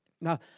Now